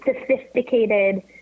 sophisticated